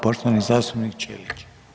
Poštovani zastupnik Ćelić.